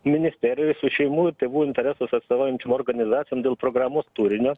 ministerijoje su šeimų ir tėvų interesus atstovaujančiom organizacijom dėl programos turinio